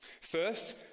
First